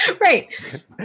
Right